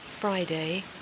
Friday